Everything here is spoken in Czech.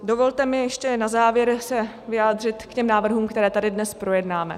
Dovolte mi ještě na závěr se vyjádřit k těm návrhům, které tady dnes projednáme.